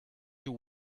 you